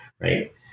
right